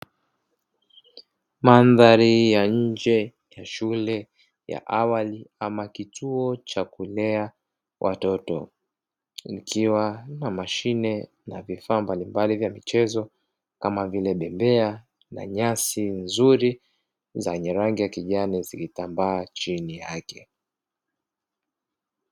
Mandhari ya nje ya shule ya awali ama kituo cha kulea watoto, ikiwa na mashine na vifaa mbalimbali vya michezo, kama vile; bembea na nyasi nzuri zenye rangi ya kijani zikitambaa chini yake.